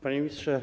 Panie Ministrze!